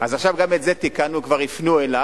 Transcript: אז עכשיו גם את זה תיקנו, כבר יפנו אליו.